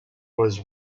was